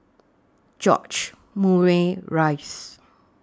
George Murray Reith